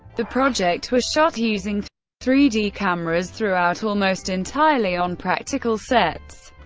the project was shot using three d cameras throughout, almost entirely on practical sets,